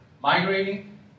migrating